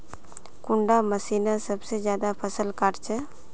कुंडा मशीनोत सबसे ज्यादा फसल काट छै?